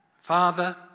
Father